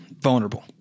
vulnerable